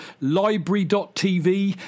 Library.TV